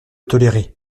tolérer